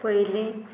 पयलीं